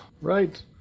Right